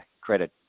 credit